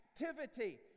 activity